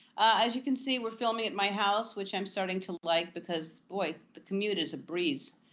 as you can see, we're filming at my house, which i'm starting to like, because, boy, the commute is a breeze.